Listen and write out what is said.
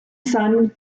son